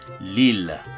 Lille